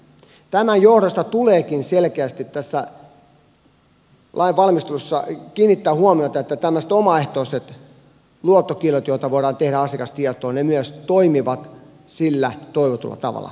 tämän johdosta tuleekin selkeästi tämän lain valmistelussa kiinnittää huomiota siihen että tämmöiset omaehtoiset luottokiellot joita voidaan tehdä asiakastietoon myös toimivat sillä toivotulla tavalla